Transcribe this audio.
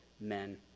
men